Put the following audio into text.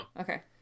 Okay